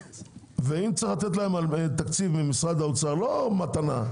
אם צריך לתת להם תקציב ממשרד האוצר לא כמתנה,